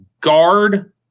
guard